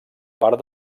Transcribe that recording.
part